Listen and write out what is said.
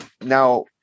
now